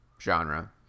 genre